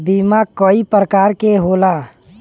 बीमा कई परकार के होला